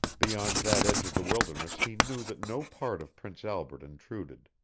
beyond that edge of the wilderness he knew that no part of prince albert intruded.